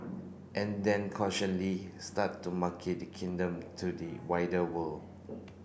and then start to market the kingdom to the wider world